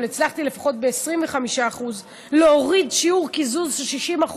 אבל הצלחתי לפחות ב-25% להוריד שיעור קיזוז של 60%,